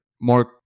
more